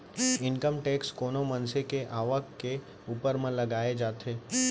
income tax कोनो मनसे के आवक के ऊपर म लगाए जाथे